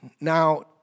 now